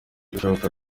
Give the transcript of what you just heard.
bishoboka